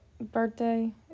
birthday